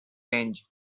range